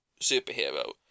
superhero